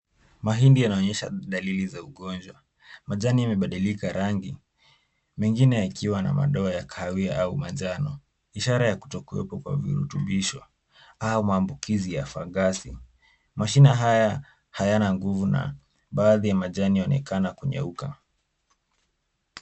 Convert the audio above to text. Mahindi yanaonyesha dalili za ugonjwa. Majani yamebadilika rangi, mengine yakiwa na madoa ya kahawia au manjano, ishara ya kutokuwepo kwa virutubisho au maambukizi ya fagasi. Mashina haya hayana nguvu na baadhi ya majani yaonekana kunyauka.